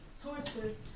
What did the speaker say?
sources